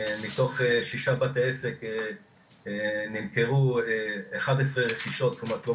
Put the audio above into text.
מתוך שישה בתי עסק נמכרו אחת עשרה רכישות של